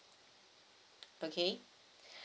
okay